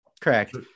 Correct